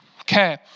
Okay